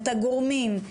את הגורמים,